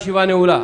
הישיבה נעולה.